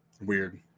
Weird